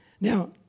Now